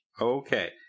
Okay